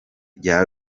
rya